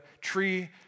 tree